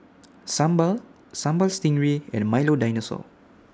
Sambal Sambal Stingray and Milo Dinosaur